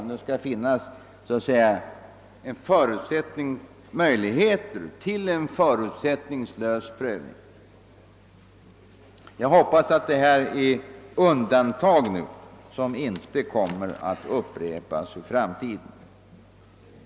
Och det skall finnas möjligheter till en förutsättningslös prövning. Jag hoppas att det undantag som nu gjorts inte kommer att upprepas i framtiden.